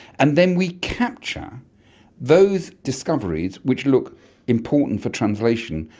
and then we capture those discoveries which look important for translation,